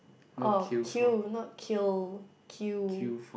oh queue not kill queue